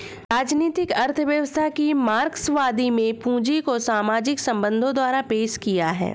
राजनीतिक अर्थव्यवस्था की मार्क्सवादी में पूंजी को सामाजिक संबंधों द्वारा पेश किया है